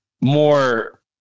more